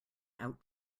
out